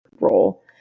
role